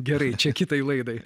gerai čia kitai laidai